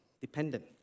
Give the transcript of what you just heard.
Dependent